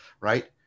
right